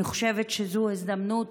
אני חושבת שזו הזדמנות